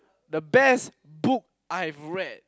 the best book I've read